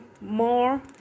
more